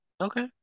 Okay